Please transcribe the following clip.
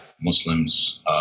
Muslims